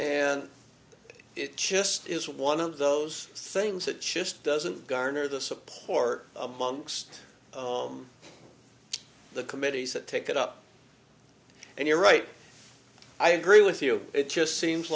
and it just is one of those things that shift doesn't garner the support amongst the committees that take it up and you're right i agree with you it just seems